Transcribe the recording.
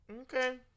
Okay